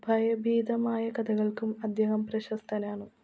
ഭയഭീതമായ കഥകൾക്കും അദ്ദേഹം പ്രശസ്തനാണ്